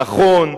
נכון,